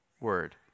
word